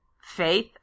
Faith